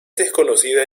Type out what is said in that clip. desconocida